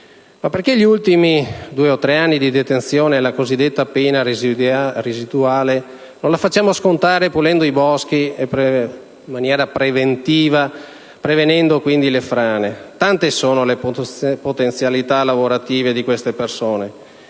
Ma perché gli ultimi due o tre anni di detenzione, la cosiddetta pena residuale, non li facciamo scontare pulendo i boschi e prevenendo quindi le frane? Tante sono le potenzialità lavorative di queste persone.